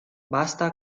basta